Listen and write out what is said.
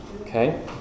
Okay